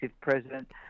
president